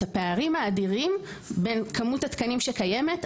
הפערים האדירים בין כמות התקנים שקיימת,